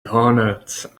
doughnuts